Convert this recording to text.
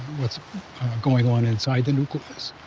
what's going on inside the nucleus.